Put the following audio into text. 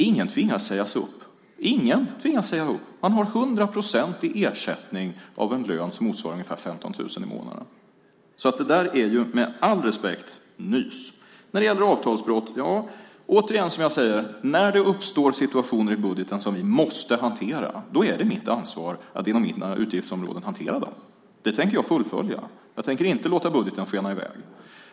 Ingen tvingas sägas upp. Ingen tvingas säga upp. Man har 100 procent i ersättning av en lön som motsvarar ungefär 15 000 i månaden. Det där är alltså, med all respekt, nys. När det gäller avtalsbrott säger jag återigen: När det uppstår situationer i budgeten som vi måste hantera så är det mitt ansvar att inom det här utgiftsområdet hantera dem. Det tänker jag fullfölja. Jag tänker inte låta budgeten skena iväg.